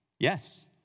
Yes